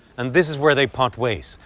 and this is where they part ways,